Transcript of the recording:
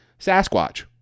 Sasquatch